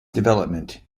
development